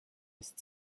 ist